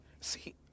See